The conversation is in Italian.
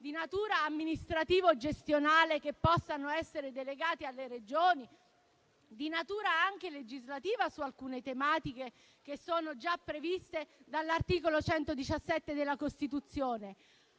di natura amministrativo-gestionale che possano essere delegati alle Regioni, o di natura anche legislativa su alcune tematiche già previste dall'articolo 117 della Costituzione.